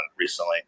recently